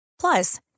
Plus